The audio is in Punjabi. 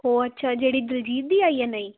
ਉਹ ਅੱਛਾ ਜਿਹੜੀ ਦਲਜੀਤ ਦੀ ਆਈ ਹੈ ਨਵੀਂ